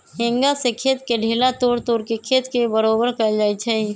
हेंगा से खेत के ढेला तोड़ तोड़ के खेत के बरोबर कएल जाए छै